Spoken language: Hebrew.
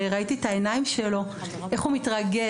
ראיתי בעיניים שלו איך הוא מתרגש,